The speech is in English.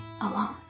alone